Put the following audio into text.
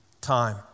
time